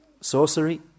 sorcery